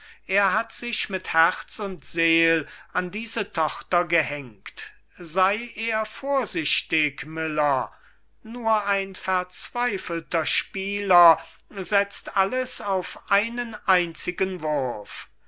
er hat sich mit herz und seel an diese tochter gehängt sei er vorsichtig miller nur ein verzweifelter spieler setzt alles auf einen einzigen wurf